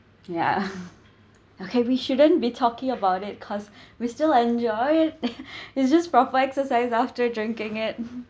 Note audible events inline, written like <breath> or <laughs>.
ya <breath> okay we shouldn't be talking about it cause <breath> we still enjoy <laughs> <breath> it's just proper exercise after drinking it <laughs>